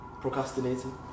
procrastinating